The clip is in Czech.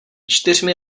čtyřmi